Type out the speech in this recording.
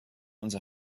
unser